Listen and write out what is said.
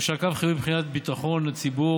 או שהקו חיוני מבחינת ביטחון לציבור